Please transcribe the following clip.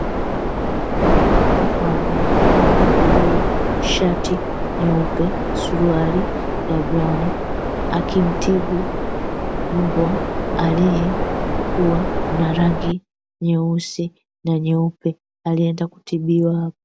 Dokta wa wanyama alievalia shati jeupe, suruali ya brawni, akimtibu mbwa aliekua na rangi nyeusi na nyeupe aliyeenda kutibiwa hapo.